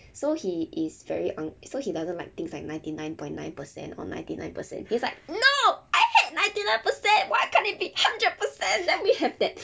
so he is very um so he doesn't like things like ninety nine point nine percent or ninety nine percent he's like no I had ninety nine percent why can't it be hundred percent then we have that